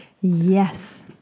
yes